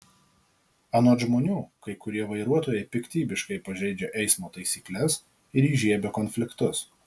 anot žmonių kai kurie vairuotojai piktybiškai pažeidžia eismo taisykles ir įžiebia konfliktus